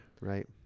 right